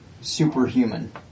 superhuman